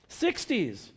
60s